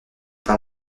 par